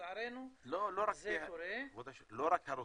לא רק הרוצחים,